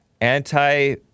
anti